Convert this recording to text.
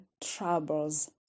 troubles